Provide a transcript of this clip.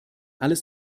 alles